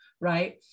Right